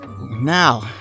Now